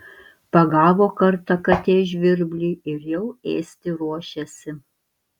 pagavo kartą katė žvirblį ir jau ėsti ruošiasi